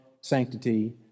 sanctity